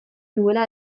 nuela